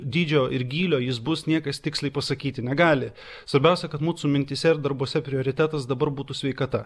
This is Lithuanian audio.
dydžio ir gylio jis bus niekas tiksliai pasakyti negali svarbiausia kad mūsų mintyse ir darbuose prioritetas dabar būtų sveikata